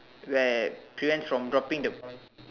where prevents from dropping the